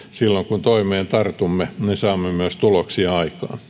kun toimeen tartumme niin saamme myös tuloksia